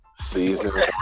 Season